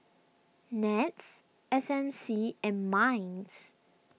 NETS S M C and Minds